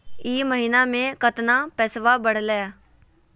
ई महीना मे कतना पैसवा बढ़लेया?